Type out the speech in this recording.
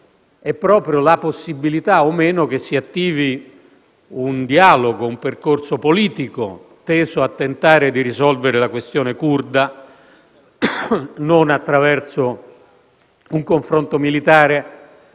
è proprio la possibilità o meno che si attivi un dialogo, un percorso politico, teso a tentare di risolvere la questione curda non attraverso un confronto militare